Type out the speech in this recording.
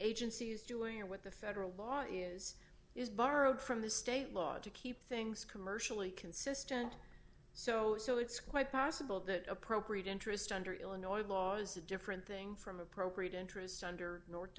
agency is doing or what the federal law is is borrowed from the state law to keep things commercially consistent so it's quite possible that appropriate interest under illinois law is a different thing from appropriate interest under north